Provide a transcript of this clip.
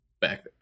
back